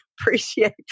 appreciate